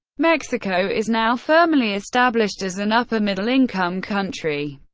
mexico is now firmly established as an upper middle-income country.